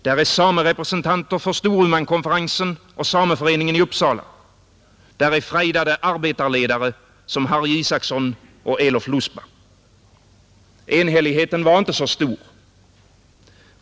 Där är samerepresentanter för Storumankonferensen och sameföreningen i Uppsala, där är frejdade arbetarledare som Harry Isaksson och Elof Luspa, Enhälligheten var inte så stor.